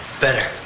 better